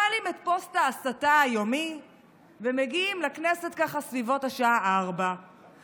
מעלים את פוסט ההסתה היומי ומגיעים לכנסת ככה בסביבות השעה 16:00,